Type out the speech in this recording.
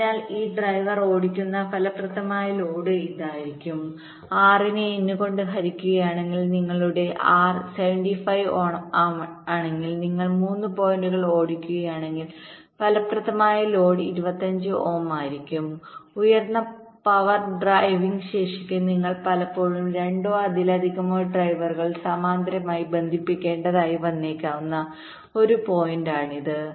അതിനാൽ ഈ ഡ്രൈവർ ഓടിക്കുന്ന ഫലപ്രദമായ ലോഡ് ഇതായിരിക്കും R നെ N കൊണ്ട് ഹരിക്കുകയാണെങ്കിൽ നിങ്ങളുടെ R 75 ഓം ആണെങ്കിൽ നിങ്ങൾ 3 പോയിന്റുകൾ ഓടിക്കുകയാണെങ്കിൽ ഫലപ്രദമായ ലോഡ് 25 ഓം ആയിരിക്കും ഉയർന്ന പവർ ഡ്രൈവിംഗ്ശേഷിക്ക് നിങ്ങൾ പലപ്പോഴും രണ്ടോ അതിലധികമോ ഡ്രൈവറുകൾ സമാന്തരമായി ബന്ധിപ്പിക്കേണ്ടതായി വന്നേക്കാവുന്ന ഒരു പോയിന്റാണിത്